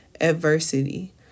adversity